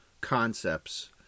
concepts